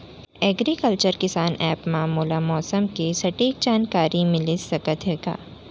Agriculture किसान app मा मोला मौसम के सटीक जानकारी मिलिस सकत हे का?